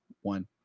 one